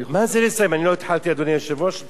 מה זה לסיים, אני לא התחלתי, אדוני היושב-ראש.